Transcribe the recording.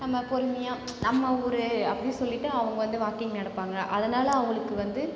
நம்ம பொறுமையாக நம்ம ஊர் அப்படின்னு சொல்லிவிட்டு அவங்க வந்து வாக்கிங் நடப்பாங்க அதனால் அவங்களுக்கு வந்து